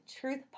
truth